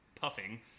puffing